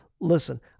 listen